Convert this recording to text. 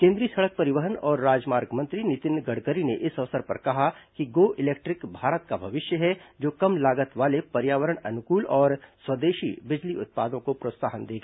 केंद्रीय सड़क परिवहन और राजमार्ग मंत्री नितिन गडकरी ने इस अवसर पर कहा कि गो इलेक्ट्रिक भारत का भविष्य है जो कम लागत वाले पर्यावरण अनुकूल और स्वदेशी बिजली उत्पादों को प्रोत्साहन देगा